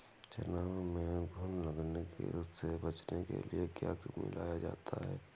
चना में घुन लगने से बचाने के लिए क्या मिलाया जाता है?